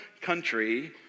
country